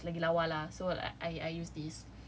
bagi lawa lah so I I use this